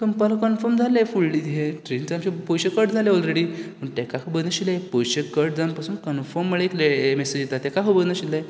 तो म्हणपा लागलो कन्फर्म जालें फुडले हे टिकेटाचे पयशे कट जाले ओलरेडी पूण तेका खबर नाशिल्लें पयशे कट जावन पासून कन्फर्म म्हणल्यार यें येता मॅसेज येता तेका खबर नाशिल्लें